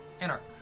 Anarch